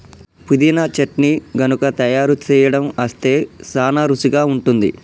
పుదీనా చట్నీ గనుక తయారు సేయడం అస్తే సానా రుచిగా ఉంటుంది